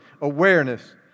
awareness